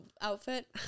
outfit